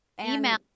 email